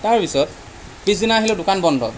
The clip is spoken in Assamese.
তাৰপিছত পিছদিনা আহিলোঁ দোকান বন্ধ